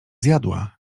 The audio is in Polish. zjadła